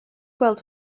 gweld